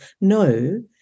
no